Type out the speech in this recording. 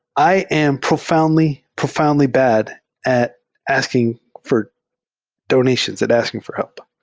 i am profoundly, profoundly bad at asking for donations, at asking for help,